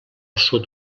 sud